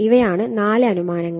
ഇവയാണ് 4 അനുമാനങ്ങൾ